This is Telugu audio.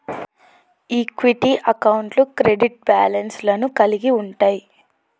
ఈక్విటీ అకౌంట్లు క్రెడిట్ బ్యాలెన్స్ లను కలిగి ఉంటయ్